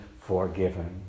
forgiven